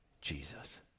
Jesus